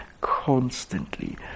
constantly